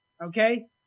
Okay